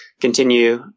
continue